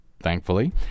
thankfully